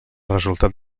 resultat